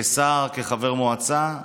כשר, כחבר מועצה.